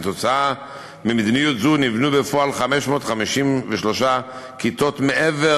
כתוצאה ממדיניות זו נבנו בפועל 553 כיתות מעבר